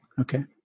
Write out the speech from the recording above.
Okay